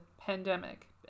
pandemic